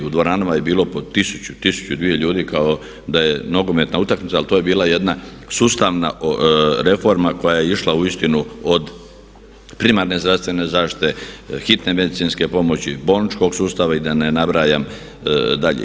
U dvoranama je bilo po 1000, 2000 ljudi kao da je nogometna utakmica, ali to je bila jedna sustavna reforma koja je išla uistinu od primarne zdravstvene zaštite, hitne medicinske pomoći, bolničkog sustava i da ne nabrajam dalje.